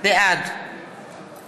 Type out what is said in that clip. בעד